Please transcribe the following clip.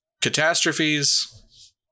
catastrophes